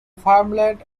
farmland